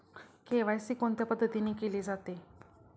KYC कोणत्या पद्धतीने केले जाते?